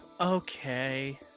Okay